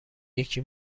یکی